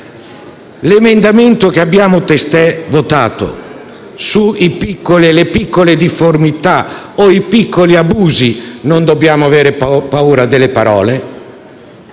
l'emendamento che abbiamo testé votato sulle piccole difformità o i piccoli abusi - non dobbiamo avere paura delle parole